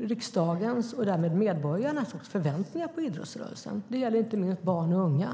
riksdagens och därmed medborgarnas förväntningar på idrottsrörelsen. Det gäller inte minst barn och unga.